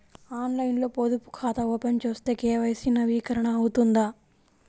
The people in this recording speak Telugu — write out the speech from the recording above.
ఆన్లైన్లో పొదుపు ఖాతా ఓపెన్ చేస్తే కే.వై.సి నవీకరణ అవుతుందా?